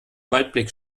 waldblick